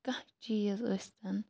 کانٛہہ چیٖز ٲستَن